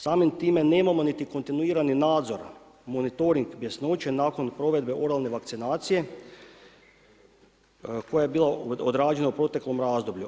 Samim time nemamo niti kontinuirani nadzor monitoring bjesnoće nakon provedbe oralne vakcinacije koja je bila odrađeno u proteklom razdoblju.